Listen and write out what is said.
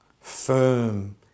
firm